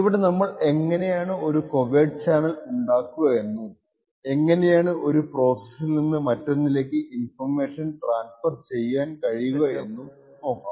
ഇവിടെ നമ്മൾ എങ്ങനെയാണു ഒരു കോവേർട്ട് ചാനൽ ഉണ്ടാക്കുക എന്നും എങ്ങനെയാണ് ഒരു പ്രോസസ്സിൽ നിന്ന് മറ്റൊന്നിലേക്ക് ഇൻഫർമേഷൻ ട്രാൻസ്ഫർ ചെയ്യാൻ കഴിയുന്നതെന്നും നോക്കാം